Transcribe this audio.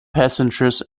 passengers